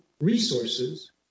resources